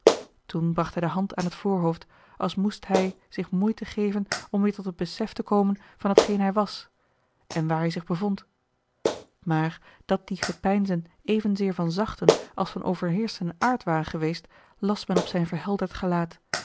bracht hij de hand aan het voorhoofd als moest hij zich moeite geven om weêr tot het besef te komen van hetgeen hij was en waar hij zich bevond maar dat die gepeinzen evenzeer van zachten als van overheerschenden aard waren geweest las men op zijn verhelderd gelaat